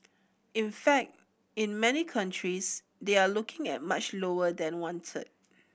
in fact in many countries they are looking at much lower than one third